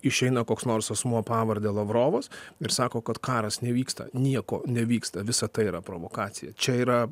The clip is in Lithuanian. išeina koks nors asmuo pavarde lavrovas ir sako kad karas nevyksta nieko nevyksta visa tai yra provokacija čia yra